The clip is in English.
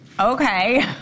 Okay